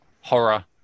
horror